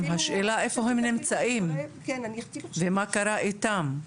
השאלה איפה הם נמצאים ומה קרה איתם?